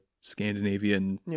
Scandinavian